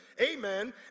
amen